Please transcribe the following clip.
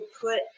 put